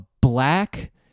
black